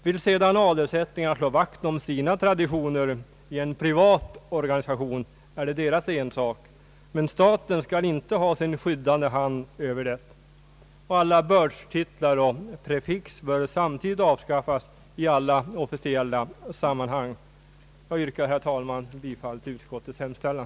Vill sedan adelsättlingarna slå vakt om sina traditioner i en privat organisation är det deras ensak, men staten skall inte ha sin skyddande hand över det. Alla bördstitlar och prefix bör samtidigt avskaffas i alla officiella sammanhang. Jag yrkar, herr talman, bifall till utskottets hemställan.